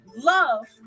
love